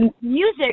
Music